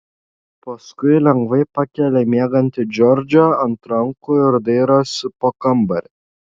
paskui lengvai pakelia miegantį džordžą ant rankų ir dairosi po kambarį